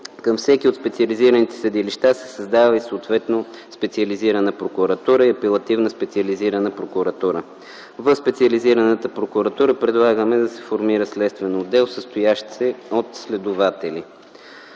Към всеки от специализираните съдилища се създава съответно специализирана прокуратура и апелативна специализирана прокуратура. В специализираната прокуратура предлагаме да се формира следствен отдел, състоящ се от следователи.